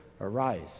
arise